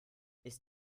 ist